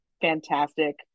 fantastic